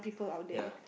yeah